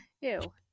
Ew